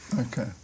Okay